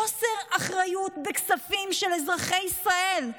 חוסר אחריות בכספים של אזרחי ישראל.